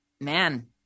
man